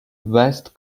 west